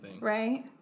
Right